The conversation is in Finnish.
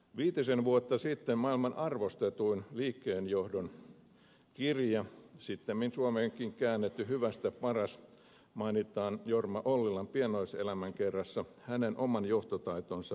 viitisen vuotta sitten maailman arvostetuin liikkeenjohdon kirja sittemmin suomeksikin käännetty hyvästä paras mainitaan jorma ollilan pienoiselämänkerrassa hänen oman johtotaitonsa aapisena